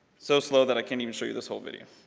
so slow that i can't even show you this whole video.